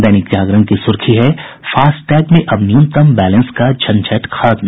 दैनिक जागरण की सुर्खी है फास्टैग में अब न्यूनतम बैलेंस का झंझट खत्म